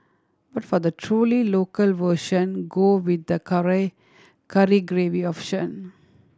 but for the truly local version go with the curry curry gravy option